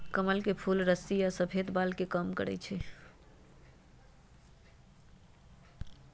कमल के फूल रुस्सी आ सफेद बाल के कम करई छई